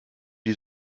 die